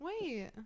wait